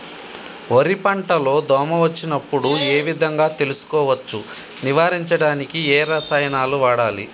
వరి పంట లో దోమ వచ్చినప్పుడు ఏ విధంగా తెలుసుకోవచ్చు? నివారించడానికి ఏ రసాయనాలు వాడాలి?